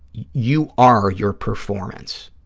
you are your performance,